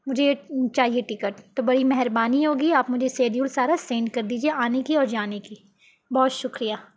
مجھے یہ چاہیے ٹکٹ تو بڑی مہربانی ہوگی آپ مجھے شیڈیول سارا سینڈ کر دیجیے آنے کی اور جانے کی بہت شکریہ